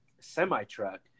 semi-truck